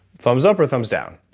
thumbs up or thumbs down?